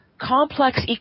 complex